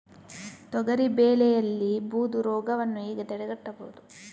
ತೊಗರಿ ಬೆಳೆಯಲ್ಲಿ ಬೂದು ರೋಗವನ್ನು ಹೇಗೆ ತಡೆಗಟ್ಟಬಹುದು?